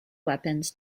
weapons